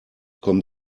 kommen